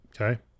Okay